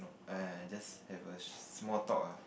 !aiya! I just have a sh~ small talk ah